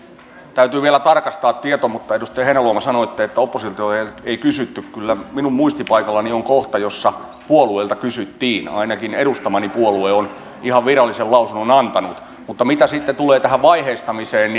täytyy vielä tarkastaa tieto kun edustaja heinäluoma sanoi että oppositiolta ei kysytty kyllä minun muistipaikallani on kohta jossa puolueilta kysyttiin ainakin edustamani puolue on ihan virallisen lausunnon antanut mutta mitä sitten tulee tähän vaiheistamiseen